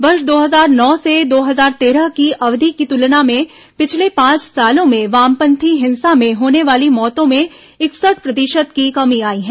वर्ष दो हजार नौ से दो हजार तेरह की अवधि की तुलना में पिछले पांच सालों में वामपंथी हिंसा में होने वाली मौतों में इकसठ प्रतिशत की कमी आई है